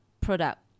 product